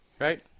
Right